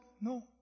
no